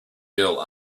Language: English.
girl